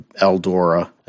Eldora